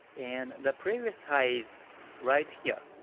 and the previous high is right here,